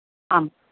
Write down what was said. आम्